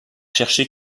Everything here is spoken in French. chercher